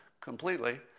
completely